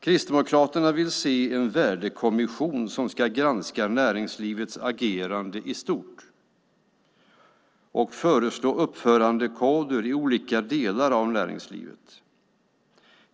Kristdemokraterna vill se en värdekommission som ska granska näringslivets agerande i stort och föreslå uppförandekoder för olika delar av näringslivet.